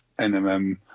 NMM